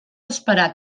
esperar